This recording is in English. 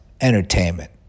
entertainment